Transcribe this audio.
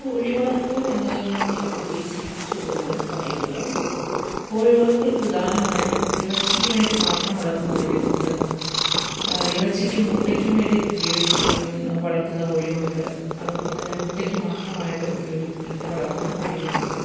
കോഴിവളർത്തൽ എന്നതിന്ന് ഉദ്ദേശിച്ചുകൊണ്ട് പറയുമ്പോള് കോഴിവളർത്തൽ പ്രധാനമായിട്ടും ഇറച്ചിക്ക് വേണ്ടി മാത്രം വളർത്തുന്ന കോഴികളുണ്ട് ഇറച്ചിക്കും മുട്ടയ്ക്കും വേണ്ടി ഉപയോഗി വളർത്തുന്ന കോഴികളുണ്ട് അതോടൊപ്പം തന്നെ മുട്ടയ്ക്ക് മാത്രമായിട്ട് ഉപയോഗി വളർത്തുന്ന കോഴികളുമുണ്ട്